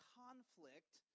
conflict